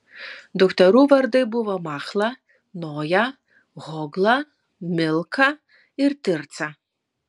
dukterų vardai buvo machla noja hogla milka ir tirca